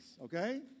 okay